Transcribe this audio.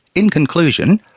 in conclusion,